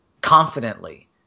confidently